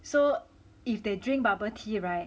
so if they drink bubble tea [right]